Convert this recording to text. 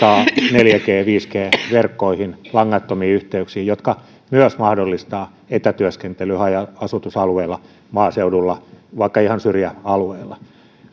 neljä g viisi g verkkoihin langattomiin yhteyksiin jotka myös mahdollistavat etätyöskentelyn haja asutusalueilla maaseudulla vaikka ihan syrjäalueilla